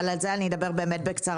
אבל על זה אני אדבר באמת בקצרה,